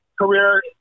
career